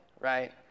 right